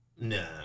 no